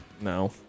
No